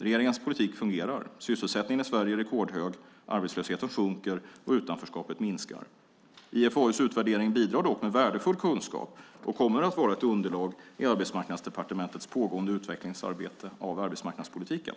Regeringens politik fungerar; sysselsättningen i Sverige är rekordhög, arbetslösheten sjunker och utanförskapet minskar. IFAU:s utvärdering bidrar dock med värdefull kunskap och kommer att vara ett underlag i Arbetsmarknadsdepartementets pågående utvecklingsarbete av arbetsmarknadspolitiken.